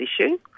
issue